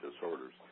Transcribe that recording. disorders